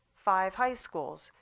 five high schools,